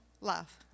love